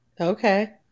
Okay